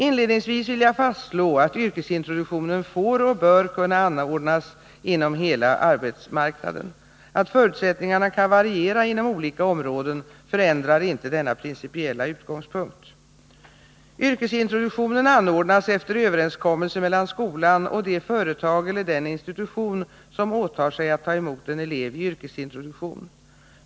Inledningsvis vill jag fastslå att yrkesintroduktionen får anordnas och bör kunna anordnas inom hela arbetsmarknaden. Att förutsättningarna kan variera inom olika områden förändrar inte denna principiella utgångspunkt. Yrkesintroduktionen anordnas efter överenskommelse mellan skolan och det företag eller den institution som åtar sig att ta emot en elev i yrkesintroduktion.